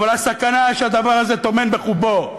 אבל הסכנה שהדבר הזה טומן בחובו,